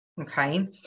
okay